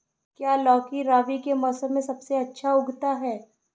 क्या लौकी रबी के मौसम में सबसे अच्छा उगता है?